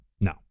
no